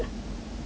无聊